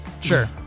Sure